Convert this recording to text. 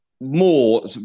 more